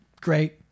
Great